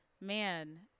man